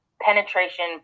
penetration